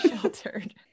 sheltered